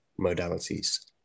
modalities